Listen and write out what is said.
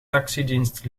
taxidienst